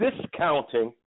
discounting